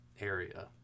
area